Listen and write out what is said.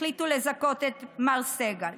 החליט לזכות את מר סגל.